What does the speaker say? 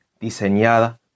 diseñada